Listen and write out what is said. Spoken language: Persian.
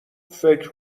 فکر